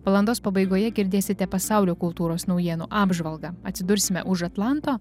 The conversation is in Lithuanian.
valandos pabaigoje girdėsite pasaulio kultūros naujienų apžvalgą atsidursime už atlanto